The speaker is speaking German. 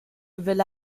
wille